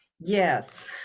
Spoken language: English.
Yes